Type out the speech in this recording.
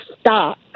stock